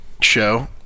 show